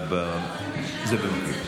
זה במקביל.